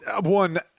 one